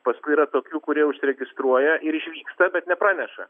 paskui yra tokių kurie užsiregistruoja ir išvyksta bet nepraneša